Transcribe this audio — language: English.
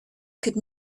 could